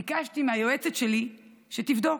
ביקשתי מהיועצת שלי שתבדוק.